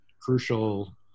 crucial